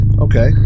Okay